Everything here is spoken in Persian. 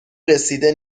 رسیده